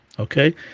Okay